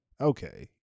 okay